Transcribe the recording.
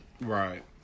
Right